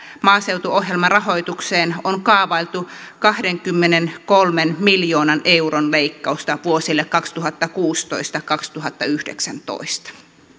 maaseutuohjelmarahoitukseen on kaavailtu kahdenkymmenenkolmen miljoonan euron leikkausta vuosille kaksituhattakuusitoista viiva kaksituhattayhdeksäntoista